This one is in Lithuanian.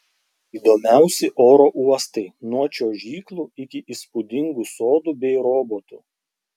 įdomiausi oro uostai nuo čiuožyklų iki įspūdingų sodų bei robotų